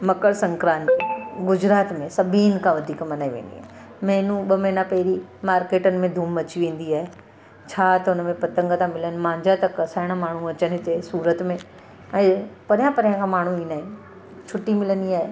मकर संक्रांती गुजरात में सभिनि खां वधीक मल्हाई वेंदी आहे महिनो ॿ महिना पहिरीं मार्केटनि में धूम मची वेंदी आहे छा त हुनमें पतंग था मिलनि मांझा था कसाइणु माण्हूं अचनि हिते सूरत में ऐं परियां परियां खां माण्हूं ईंदा आहिनि छुट्टी मिलंदी आहे